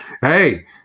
hey